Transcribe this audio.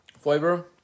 flavor